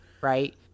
right